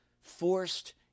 forced